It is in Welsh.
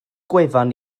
gwefan